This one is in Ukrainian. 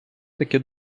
таке